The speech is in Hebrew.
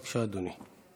בבקשה, אדוני.